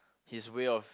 his way of